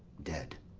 dead.